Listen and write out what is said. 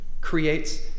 creates